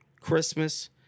Christmas